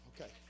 okay